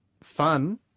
fun